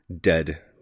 dead